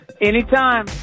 Anytime